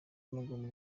w’amaguru